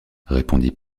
répondit